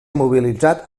mobilitzat